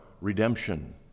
redemption